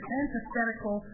antithetical